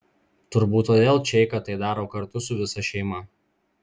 turbūt todėl čeika tai daro kartu su visa šeima